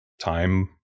time